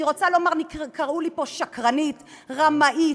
אני רוצה לומר, קראו לי פה שקרנית, רמאית.